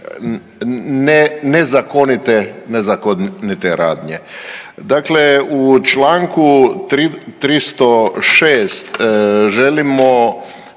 nezakonite radnje. Dakle, u Članku 306. želimo